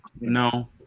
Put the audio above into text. No